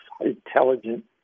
intelligent